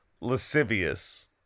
lascivious